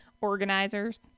organizers